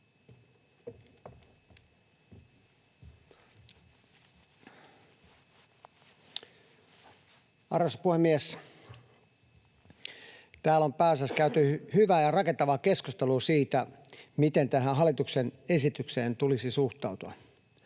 Arvoisa puhemies! Täällä on pääasiassa käyty hyvää ja rakentavaa keskustelua siitä, miten tähän hallituksen esitykseen tulisi suhtautua.